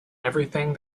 everything